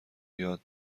یاد